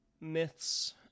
myths